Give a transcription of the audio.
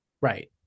Right